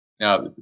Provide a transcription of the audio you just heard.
Now